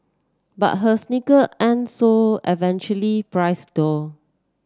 but her sneaker aren't so averagely price though